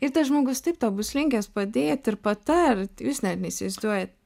ir tas žmogus taip tau bus linkęs padėt ir patart jūs net neįsivaizduojat